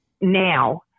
now